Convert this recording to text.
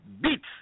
beats